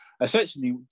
essentially